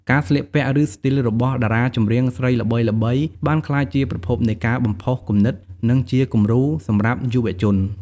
ការស្លៀកពាក់ ឬស្ទីលរបស់តារាចម្រៀងស្រីល្បីៗ បានក្លាយជាប្រភពនៃការបំផុសគំនិត និងជាគំរូសម្រាប់យុវជន។